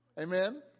Amen